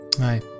Hi